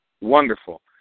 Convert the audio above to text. wonderful